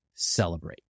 celebrate